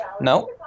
No